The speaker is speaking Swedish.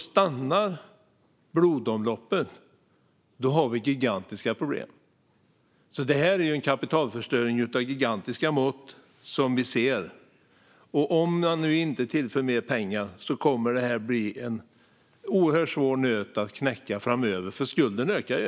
Stannar blodomloppet har vi gigantiska problem. Det är en kapitalförstöring av gigantiska mått som vi ser. Om man inte tillför mer pengar kommer det att bli en oerhört svår nöt att knäcka framöver. Skulden ökar ju.